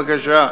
בבקשה.